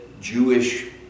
Jewish